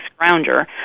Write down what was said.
scrounger